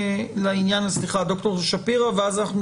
דוקטור שפירא, בבקשה.